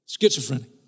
schizophrenic